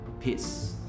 Peace